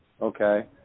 okay